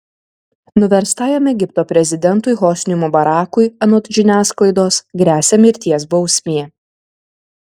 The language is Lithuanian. nuverstajam egipto prezidentui hosniui mubarakui anot žiniasklaidos gresia mirties bausmė